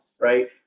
right